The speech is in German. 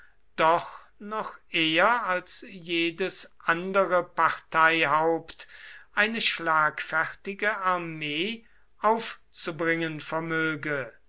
doch noch eher als jedes andere parteihaupt eine schlagfertige armee aufzubringen vermöge